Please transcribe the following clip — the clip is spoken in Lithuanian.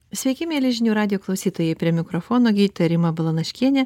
sveiki mieli žinių radijo klausytojai prie mikrofono gydytoja rima balanaškienė